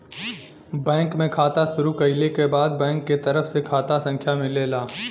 bank में खाता शुरू कइले क बाद बैंक के तरफ से खाता संख्या मिलेला